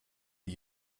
die